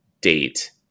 date